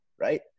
right